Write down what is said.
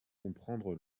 comprendre